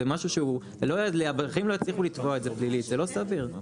זה משהו שבחיים לא יצליחו לתבוע את זה פלילית זה לא סביר.